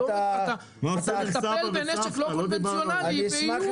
אתה מטפל בנשק לא קונבנציונלי באיום רגיל.